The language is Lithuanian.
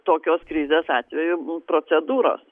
tokios krizės atveju procedūros